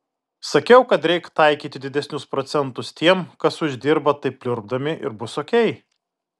sakiau kad reik taikyti didesnius procentus tiem kas uždirba taip pliurpdami ir bus okei